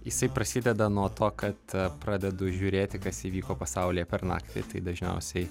jisai prasideda nuo to kad pradedu žiūrėti kas įvyko pasaulyje per naktį tai dažniausiai